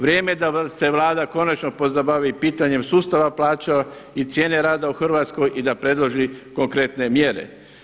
Vrijeme je da se Vlada konačno pozabavi i pitanjem sustava plaća i cijene rada u Hrvatskoj i da predloži konkretne mjere.